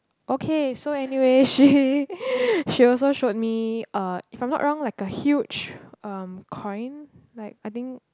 okay so anyway she she also showed me uh if I'm not wrong like a huge um coin like I think